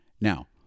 Now